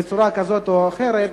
בצורה כזאת או אחרת,